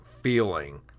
feeling